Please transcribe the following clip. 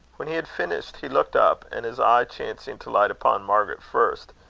when he had finished, he looked up, and his eye chancing to light upon margaret first,